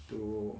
to